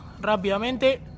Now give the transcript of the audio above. rápidamente